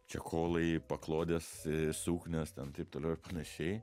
čecholai paklodės suknios ten taip toliau ir panašiai